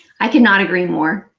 i could not agree more.